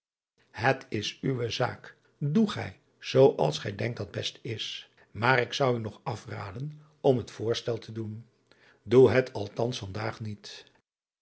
et is uwe zaak doe gij zoo als gij denkt dat best is maar ik zou u nog afraden om het voorstel te doen oe het althans van daag niet